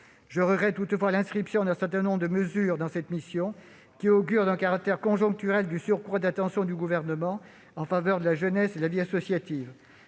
je regrette l'inscription d'un certain nombre de mesures dans cette mission qui augurent d'un caractère conjoncturel du surcroît d'attention du Gouvernement en faveur de la jeunesse et la vie associative.